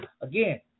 again